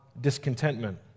discontentment